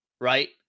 Right